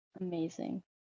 amazing